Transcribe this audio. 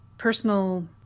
personal